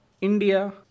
India